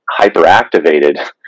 hyperactivated